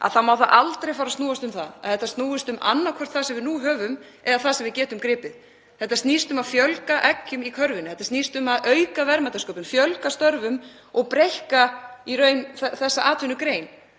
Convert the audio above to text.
þá má það aldrei fara þannig að þetta snúist um annaðhvort það sem við nú höfum eða það sem við getum gripið. Þetta snýst um að fjölga eggjum í körfunni. Þetta snýst um að auka verðmætasköpun, fjölga störfum og breikka í raun þessa atvinnugrein.